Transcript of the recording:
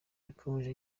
yakomeje